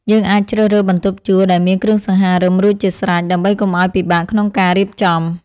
យើងអាចជ្រើសរើសបន្ទប់ជួលដែលមានគ្រឿងសង្ហារិមរួចជាស្រេច ដើម្បីកុំឱ្យពិបាកក្នុងការរៀបចំ។